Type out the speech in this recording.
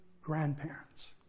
grandparents